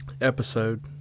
episode